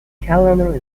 calendar